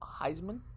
Heisman